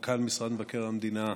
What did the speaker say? מנכ"ל משרד מבקר המדינה,